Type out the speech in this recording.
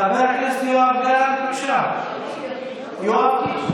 חבר הכנסת יואב גלנט, בבקשה, חבר הכנסת יואב קיש,